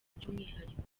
by’umwihariko